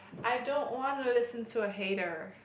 I don't wanna listen to a hater